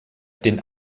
den